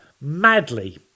Madly